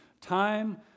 time